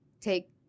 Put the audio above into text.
take